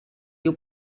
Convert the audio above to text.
you